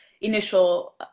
initial